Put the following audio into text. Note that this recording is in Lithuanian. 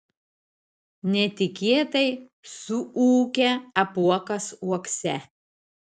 netikėtai suūkia apuokas uokse